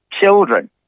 children